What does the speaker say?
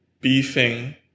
beefing